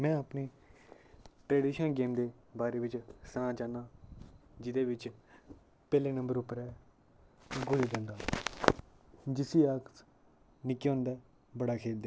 में अपने traditional game दे बारै च सनाना चाह्न्ना जेह्दे बिच तीन नंबर उप्पर ऐ गुल्ली डंडा जिसी अस निक्के होंदे बड़ा खेल्लदे हे